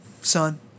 son